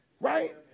Right